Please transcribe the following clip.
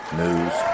news